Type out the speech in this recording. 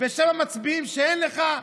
בשם המצביעים שאין לך,